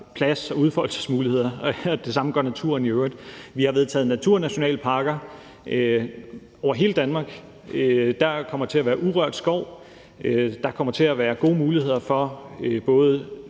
plads og udfoldelsesmuligheder, og det samme gør naturen i øvrigt. Vi har vedtaget en lov om naturnationalparker over hele Danmark. Der kommer til at være urørt skov; der kommer til at være gode muligheder for både